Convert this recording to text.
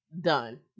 done